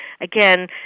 again